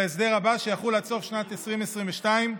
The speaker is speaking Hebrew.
עד סוף שנת 2022,